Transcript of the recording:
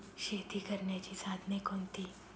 शेती करण्याची साधने कोणती?